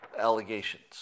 Allegations